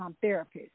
therapist